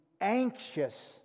anxious